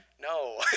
no